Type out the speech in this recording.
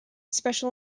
special